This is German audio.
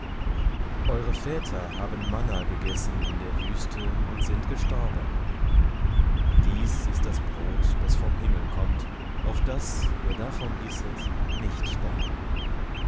eure väter haben manna gegessen in der wüste und sind gestorben dies ist das brot das vom himmel kommt auf daß wer davon isset nicht sterbe